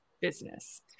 business